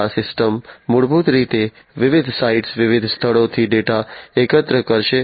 આ સિસ્ટમો મૂળભૂત રીતે વિવિધ સાઇટ્સ વિવિધ સ્થળોએથી ડેટા એકત્રિત કરશે